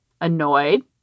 annoyed